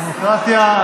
דמוקרטיה,